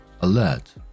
alert